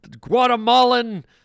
Guatemalan